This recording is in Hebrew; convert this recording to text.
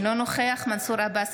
אינו נוכח מנסור עבאס,